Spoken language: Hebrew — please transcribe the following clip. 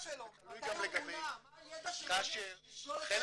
--- כאשר חלק